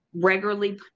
regularly